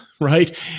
right